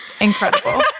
Incredible